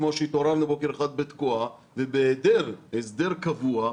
כמו שהתעוררנו בוקר אחד בתקוע, ובהיעדר הסדר קבוע,